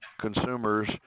consumers